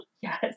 Yes